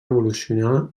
evolucionar